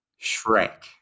Shrek